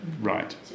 Right